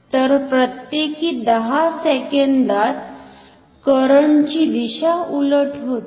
तर प्रत्येकी 10 सेकंदात करंट ची दिशा उलट होते